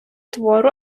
твору